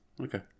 Okay